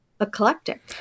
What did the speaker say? eclectic